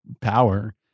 power